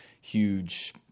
huge